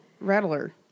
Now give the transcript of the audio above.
rattler